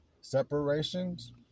separations